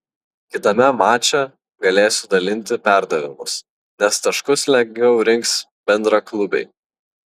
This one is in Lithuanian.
kitame mače galėsiu dalinti perdavimus nes taškus lengviau rinks bendraklubiai